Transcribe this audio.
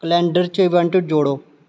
calendar च event जोड़ो